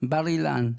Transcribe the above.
בר אילן.